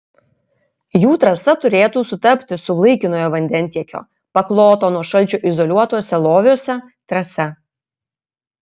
jų trasa turėtų sutapti su laikinojo vandentiekio pakloto nuo šalčio izoliuotuose loviuose trasa